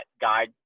guide